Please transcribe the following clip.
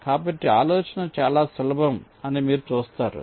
కాబట్టి ఆలోచన చాలా సులభం అని మీరు చూస్తారు